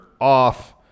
off